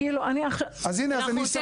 אימאן